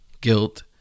guilt